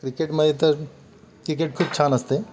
क्रिकेटमध्ये तर क्रिकेट खूप छान असते